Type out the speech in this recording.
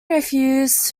refused